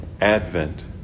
Advent